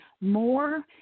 more